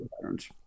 patterns